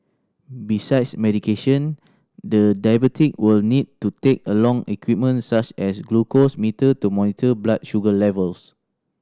besides medication the diabetic will need to take along equipment such as a glucose meter to monitor blood sugar levels